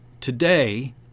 today